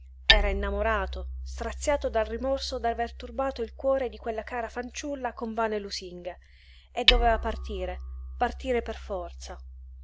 era innamorato straziato dal rimorso d'aver turbato il cuore di quella cara fanciulla con vane lusinghe e doveva partire partire per forza